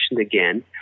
again